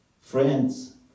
friends